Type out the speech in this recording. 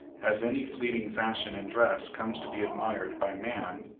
as any fleeting fashion in dress comes to be admired by man,